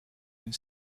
une